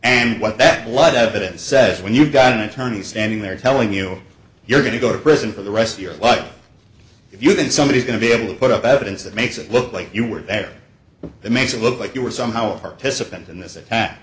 and what that blood evidence says when you've got an attorney standing there telling you you're going to go to prison for the rest of your life if you can somebody's going to be able to put up evidence that makes it look like you were there that makes it look like you were somehow a participant in this attack